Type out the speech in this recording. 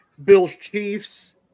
Bills-Chiefs